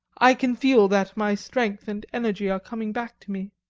i can feel that my strength and energy are coming back to me.